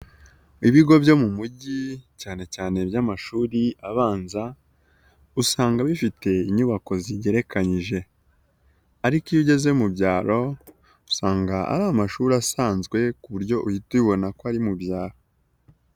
Ibigo byo mu mujyi cyanecyane iby'amashuri abanza usanga bifite inyubako zigerekanyije, ariko iyo ugeze mu byaro usanga ari amashuri asanzwe ku buryo uhita ubona ko ari mu byaro.